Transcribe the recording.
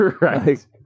Right